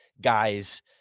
guys